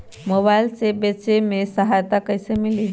Mobile से बेचे में सहायता कईसे मिली?